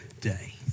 day